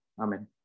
Amen